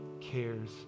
cares